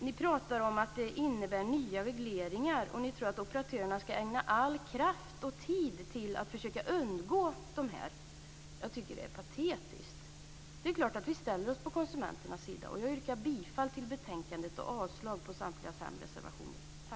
Ni pratar om att det här innebär nya regleringar, och ni tror att operatörerna ska ägna all kraft och tid åt att försöka undgå det här. Jag tycker att det är patetiskt. Det är klart att vi ställer oss på konsumenternas sida. Jag yrkar bifall till utskottets hemställan och avslag på samtliga reservationer.